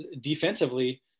defensively